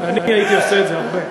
הייתי עושה את זה הרבה.